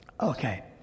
okay